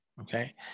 okay